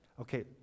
okay